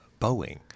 Boeing